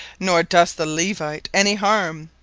nor dost the levite any harme,